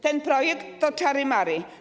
Ten projekt to czary-mary.